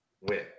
win